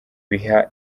biha